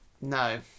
No